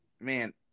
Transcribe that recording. man